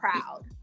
proud